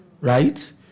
right